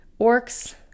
orcs